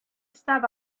sav